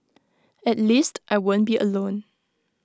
at least I won't be alone